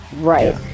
right